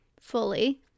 fully